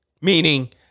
meaning